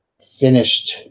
finished